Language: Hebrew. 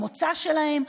המוצא שלהם,